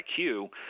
IQ